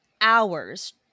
hours